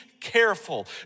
careful